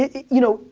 you know,